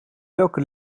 welke